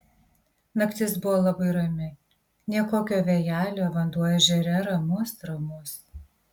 naktis buvo labai rami nė kokio vėjelio vanduo ežere ramus ramus